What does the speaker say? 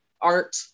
art